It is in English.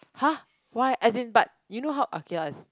!huh! why as in but you know how okay lah